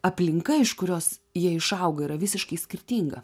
aplinka iš kurios jie išaugo yra visiškai skirtinga